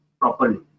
properly